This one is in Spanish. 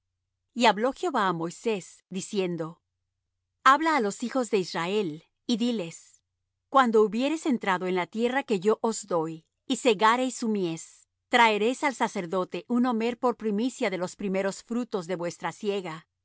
y habló jehová á moisés diciendo habla á los hijos de israel y diles cuando hubiereis entrado en la tierra que yo os doy y segareis su mies traeréis al sacerdote un omer por primicia de los primeros frutos de vuestra siega